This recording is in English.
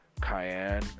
Cayenne